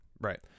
Right